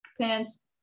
pants